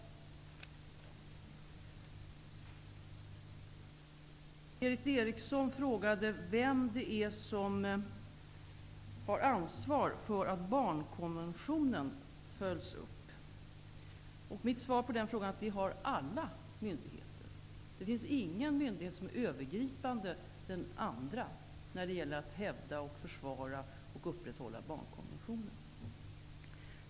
Berith Eriksson frågade vem det är som har ansvar för att barnkonventionen följs upp. Mitt svar på den frågan är att alla myndigheter har det. Det finns ingen myndighet som är övergripande den andra när det gäller att hävda, försvara och upprätthålla barnkonventionen.